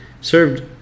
served